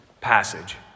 passage